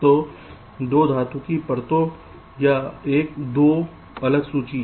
तो 2 धातु परतों या एक 2 अलग सूची